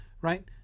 right